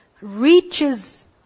reaches